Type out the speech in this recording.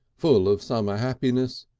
full of summer happiness,